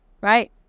right